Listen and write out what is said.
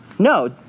No